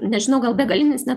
nežinau gal begalinis ne